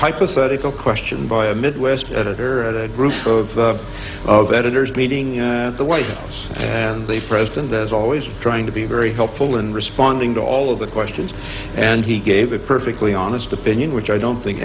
hypothetical question by a midwest editor at a group of of editors meeting at the white house and the president as always trying to be very helpful in responding to all of the questions and he gave a perfectly honest opinion which i don't think